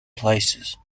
places